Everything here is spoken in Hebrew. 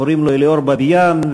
קוראים לו אליאור בביאן,